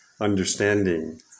understanding